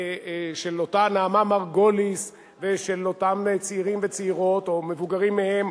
של אותה נעמה מרגוליס ושל אותם צעירים וצעירות או מבוגרים מהם,